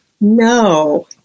No